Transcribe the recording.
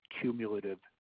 cumulative